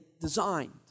designed